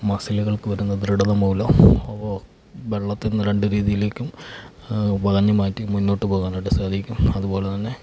മസിലുകൾക്ക് വരുന്ന ദൃഢത മൂലം അപ്പോൾ വെള്ളത്തിന്ന് രണ്ട് രീതിയിലേക്കും വകഞ്ഞു മാറ്റി മുന്നോട്ട് പോകാനായിട്ട് സാധിക്കും അതുപോലെ തന്നെ